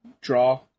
draw